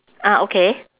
ah okay